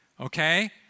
Okay